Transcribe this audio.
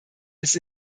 ist